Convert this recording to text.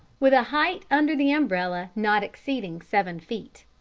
with a height under the umbrella not exceeding seven feet.